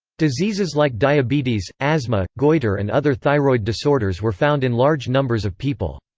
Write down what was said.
diseases like diabetes, asthma, goitre and other thyroid disorders were found in large numbers of people.